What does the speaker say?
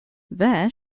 there